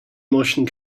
motion